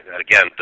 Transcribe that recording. again